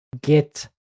get